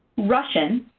russian,